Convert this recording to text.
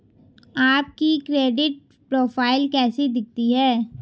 आपकी credit profile कैसी दिखती है?